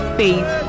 faith